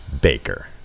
Baker